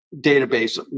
database